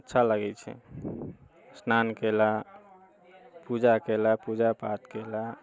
अच्छा लागैत छै स्नान कयला पूजा कयला पूजा पाठ कयला